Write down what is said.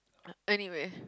anyway